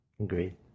Agreed